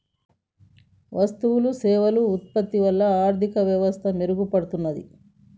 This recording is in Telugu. వస్తువులు సేవలు ఉత్పత్తి వల్ల ఆర్థిక వ్యవస్థ మెరుగుపడుతున్నాది